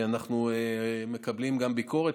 ואנחנו מקבלים גם ביקורת,